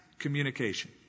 communication